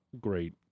Great